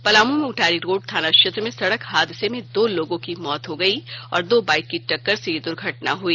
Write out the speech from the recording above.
पलामू में उंटारी रोड थाना क्षेत्र में सड़क हादसे में दो लोगों की मौत हो गई है दो बाइक की टक्कर से यह दुर्घटना हुई